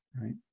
right